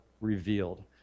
revealed